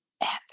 epic